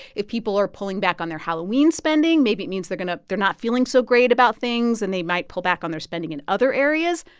if people are pulling back on their halloween spending, maybe it means they're going to they're not feeling so great about things, and they might pull back on their spending in other areas.